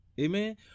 Amen